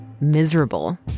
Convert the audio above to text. miserable